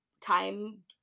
time